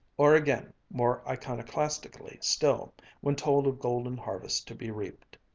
or again, more iconoclastically still when told of golden harvests to be reaped,